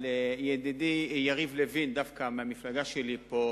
אבל ידידי יריב לוין, דווקא מהמפלגה שלי פה,